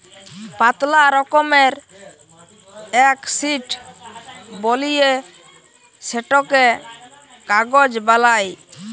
পাতলা রকমের এক শিট বলিয়ে সেটকে কাগজ বালাই